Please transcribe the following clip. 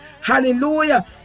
Hallelujah